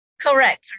Correct